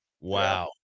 Wow